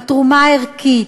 בתרומה הערכית,